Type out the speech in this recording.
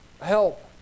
help